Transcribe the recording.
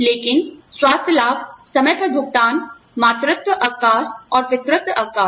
लेकिन स्वास्थ्य लाभ समय पर भुगतान मातृत्व अवकाश और पितृत्व अवकाश